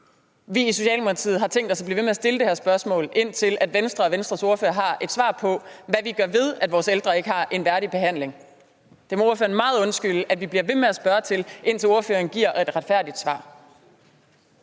vi i Socialdemokratiet har tænkt os at blive ved med at stille det her spørgsmål, indtil Venstre og Venstres ordfører har et svar på, hvad vi gør ved det, at vores ældre ikke får en værdig behandling. Ordføreren må meget undskylde, at vi bliver ved med at spørge til det, indtil ordføreren giver et retfærdigt svar.